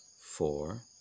four